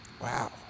Wow